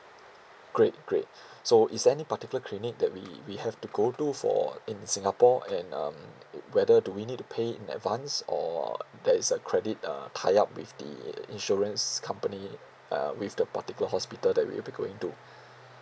great great so is there any particular clinic that we we have to go to for in singapore and um whether do we need to pay in advanced or there is a credit uh tie up with the insurance company uh with the particular hospital that we'll be going to